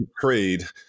trade